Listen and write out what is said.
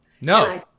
No